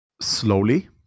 slowly